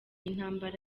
intambara